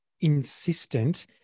insistent